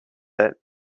that